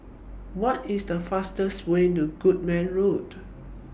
What IS The fastest Way to Goodman Road